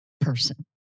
person